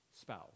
spouse